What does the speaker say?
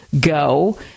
go